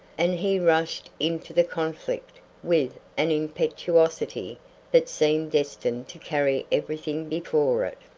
and he rushed into the conflict with an impetuosity that seemed destined to carry everything before it.